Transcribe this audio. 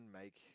make